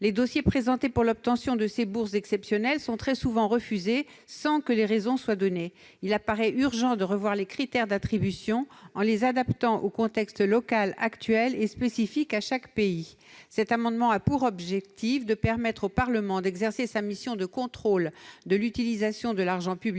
Les dossiers présentés pour l'obtention de ces bourses exceptionnelles sont très souvent rejetés sans que les raisons en soient données. Il paraît donc urgent de revoir les critères d'attribution en les adaptant au contexte local actuel et spécifique à chaque pays. Cet amendement a pour objet de permettre au Parlement d'exercer sa mission de contrôle de l'utilisation de l'argent public